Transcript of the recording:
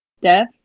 death